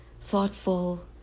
thoughtful